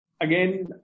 again